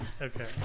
Okay